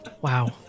Wow